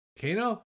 Kano